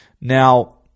Now